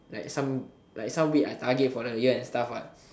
like some like some week I target for to get and stuff what